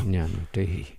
ne nu tai